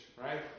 right